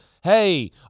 hey